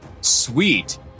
Sweet